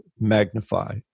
magnify